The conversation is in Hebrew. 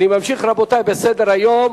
אני ממשיך, רבותי, בסדר-היום.